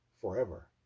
Forever